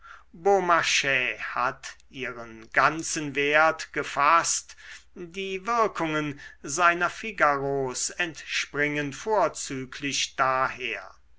hat ihren ganzen wert gefaßt die wirkungen seiner figaros entspringen vorzüglich daher